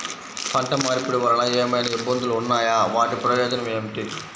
పంట మార్పిడి వలన ఏమయినా ఇబ్బందులు ఉన్నాయా వాటి ప్రయోజనం ఏంటి?